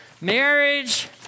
Marriage